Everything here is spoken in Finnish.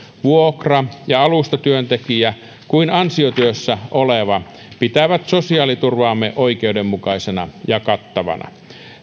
vuokra ja alustatyöntekijä kuin ansiotyössä oleva pitävät sosiaaliturvaamme oikeudenmukaisena ja kattavana